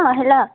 औ हेल'